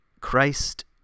Christ